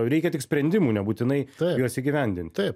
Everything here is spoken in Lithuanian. reikia tik sprendimų nebūtinai juos įgyvendinti